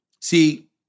See